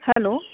hello